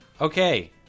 Okay